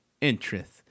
interest